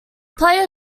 player